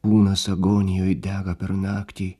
kūnas agonijoj dega per naktį